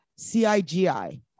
CIGI